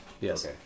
Yes